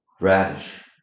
radish